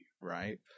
right